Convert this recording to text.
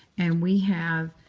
and we have